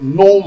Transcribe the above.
no